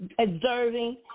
observing